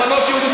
לפנות יהודים,